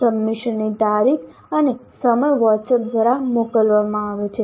સબમિશનની તારીખ અને સમય WhatsApp દ્વારા મોકલવામાં આવે છે